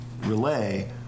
relay